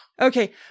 Okay